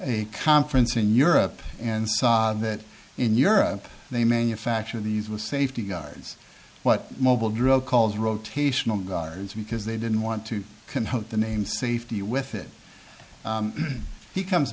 a conference in europe and saw that in europe they manufacture these were safety guards what mobile drug calls rotational guards because they didn't want to confront the name safety with it he comes